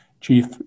chief